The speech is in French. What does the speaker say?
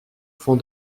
fond